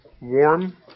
warm